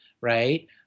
right